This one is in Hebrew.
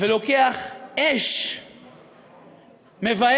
ולוקח אש מבערת,